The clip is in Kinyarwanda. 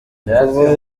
kuba